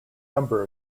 number